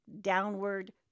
downward